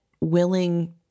willing